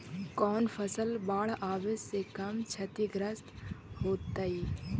कौन फसल बाढ़ आवे से कम छतिग्रस्त होतइ?